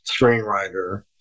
screenwriter